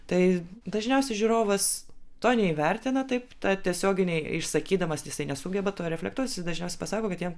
tai dažniausiai žiūrovas to neįvertina taip ta tiesioginiai išsakydamas jisai nesugeba to reflektuoti jisai dažniau pasako kad jam